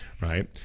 right